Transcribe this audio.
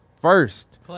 first